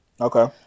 Okay